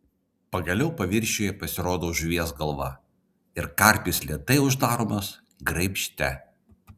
pagaliau paviršiuje pasirodo žuvies galva ir karpis lėtai uždaromas graibšte